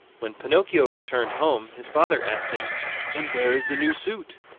when pinocchio returned home, his father asked him and where is the new suit?